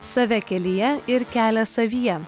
save kelyje ir kelią savyje